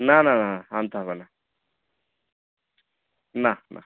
না না না আনতে হবে না নাহ নাহ